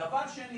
דבר שני